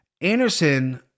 Anderson